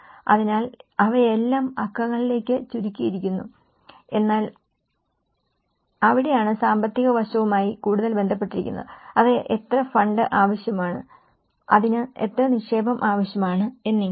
അതിനാൽ അവയെല്ലാം അക്കങ്ങളിലേക്ക് ചുരുക്കിയിരിക്കുന്നു എന്നാൽ അവിടെയാണ് സാമ്പത്തിക വശവുമായി കൂടുതൽ ബന്ധപ്പെട്ടിരിക്കുന്നത് അതിന് എത്ര ഫണ്ട് ആവശ്യമാണ് അതിന് എത്ര നിക്ഷേപം ആവശ്യമാണ് എന്നിങ്ങനെ